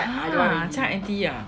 !huh! 这样 anti ah